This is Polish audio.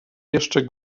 jeszcze